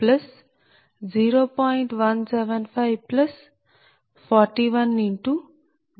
175107